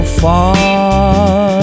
far